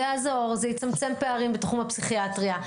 זה יעזור, זה יצמצם פערים בתחום הפסיכיאטריה.